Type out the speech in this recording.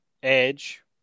Edge